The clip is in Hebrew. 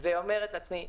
ואומרת לעצמי,